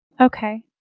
Okay